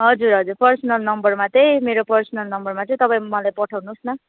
हजुर हजुर पर्सनल नम्बरमा चाहिँ मेरो पर्सनल नम्बरमा चाहिँ तपाईँ मलाई पठाउनुहोस् न